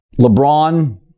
LeBron